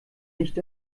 nicht